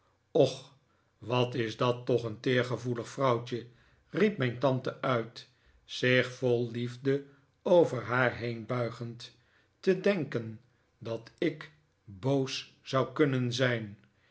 och wat is dat toch een teergevoelig vrouwtje riep mijn tante uit zich vol liefde over haar heen buigend te denken dat ik boos zou kunnen zijn